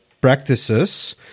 practices